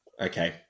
Okay